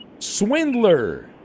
Swindler